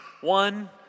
One